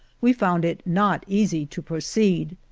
we found it not easy to proceed.